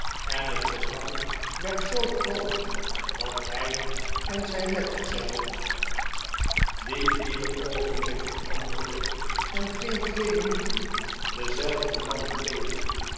en het gedrang werd zoo groot dat hij en zijn metgezel die ieder maarten chuzzlewit oogenblik veranderde en geen twee minuteri dezelfde man bleef